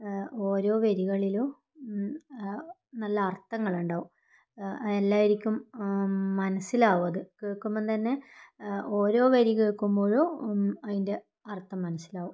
ഓരോ വരികളിലും നല്ല അർഥങ്ങളുണ്ടാവും അത് എല്ലാവർക്കും മനസ്സിലാകും അത് കേൾക്കുമ്പോൾ തന്നെ ഓരോ വരി കേൾക്കുമ്പോഴും അതിൻ്റെ അർഥം മനസ്സിലാകും